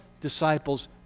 disciples